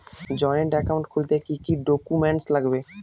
Joint account খুলতে কি কি ডকুমেন্টস লাগবে?